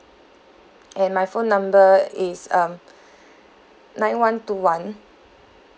and my phone number is um nine one two one